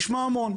נשמע המון,